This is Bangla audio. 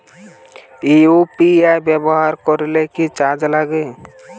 ইউ.পি.আই ব্যবহার করলে কি চার্জ লাগে?